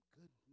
good